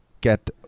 get